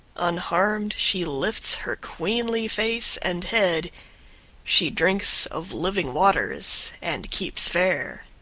unharmed she lifts her queenly face and head she drinks of living waters and keeps fair.